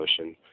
Ocean